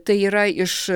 tai yra iš